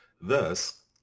thus